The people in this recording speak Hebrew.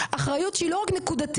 אחריות שהיא לא רק נקודתית,